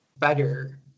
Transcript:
better